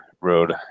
road